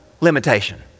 limitation